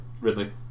Ridley